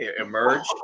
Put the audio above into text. emerge